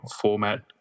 format